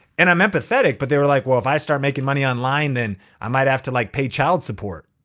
and i'm empathetic, but they were like, well, if i start making money online, then i might have to like pay child support.